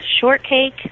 shortcake